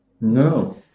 No